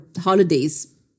holidays